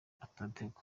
adategwa